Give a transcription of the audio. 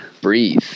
breathe